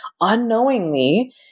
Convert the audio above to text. unknowingly